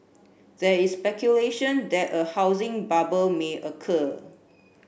there is speculation that a housing bubble may occur